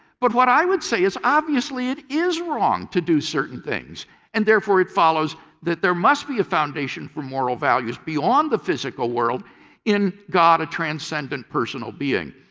but what i would say is obviously it is wrong to do certain things and therefore it follows that there must be a foundation for moral values beyond the physical world in god, a transcendent and personal being.